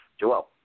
Joel